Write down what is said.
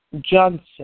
Johnson